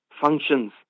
functions